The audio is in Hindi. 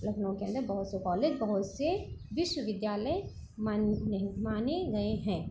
लखनऊ के अंदर बहुत से कॉलेज बहुत से विश्वविद्यालय माने नहीं माने गए हैं